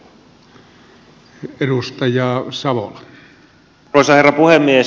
arvoisa herra puhemies